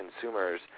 consumers